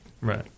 Right